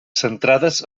centrades